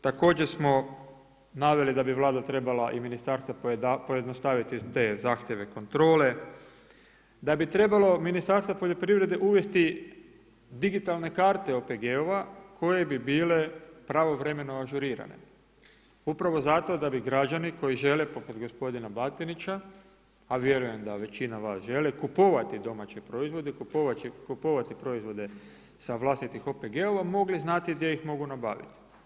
Također smo naveli da bi Vlada trebala i ministarstvo pojednostaviti te zahtjeve kontrole, da bi trebalo Ministarstvo poljoprivrede uvesti digitalne karte OPG-ova koje bi bile pravovremeno ažurirane, upravo zato da bi građani koji žele poput gospodina Batinića, a vjerujem da većina vas želi kupovati domaće proizvode, kupovati proizvode sa vlastitih OPG-ova mogli znati gdje ih mogu nabaviti.